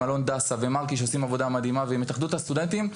ואלון דסא ומארק שעושים עבודה מדהימה ועם התאחדות הסטודנטים,